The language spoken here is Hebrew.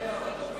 ההצעה